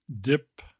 dip